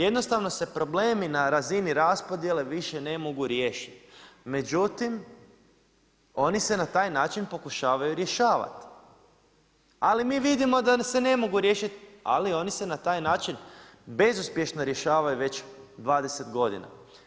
Jednostavno se problemi na razini raspodjele više ne mogu riješiti, međutim, oni se na taj način pokušavaju rješavati ali mi vidimo da se ne mogu riješiti ali oni se na taj način bezuspješno rješavaju već 20 godina.